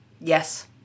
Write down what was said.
Yes